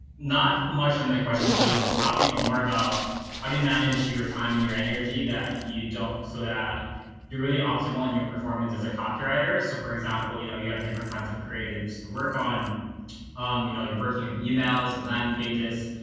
not much of my questions really about copy, but more about how do you manage your time and your energy that you don't, so that you're really optimal in your performance as a copywriter. so for example, you know, you have different kinds of creatives to work on um you know, you're working on emails and landing pages.